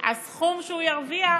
הסכום שהוא ירוויח